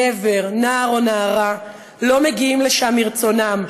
גבר, נער או נערה לא מגיעים לשם מרצונם.